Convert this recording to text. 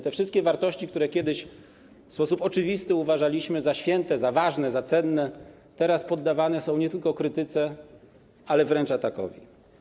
Te wszystkie wartości, które kiedyś w sposób oczywisty uważaliśmy za święte, za ważne, za cenne, teraz poddawane są nie tylko krytyce, ale wręcz atakowi.